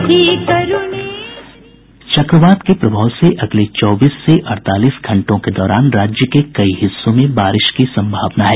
चक्रवात के प्रभाव से अगले चौबीस से अड़तालीस घंटों के दौरान राज्य के कई हिस्सों में बारिश की संभावना है